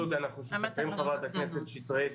חברת הכנסת שטרית,